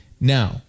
now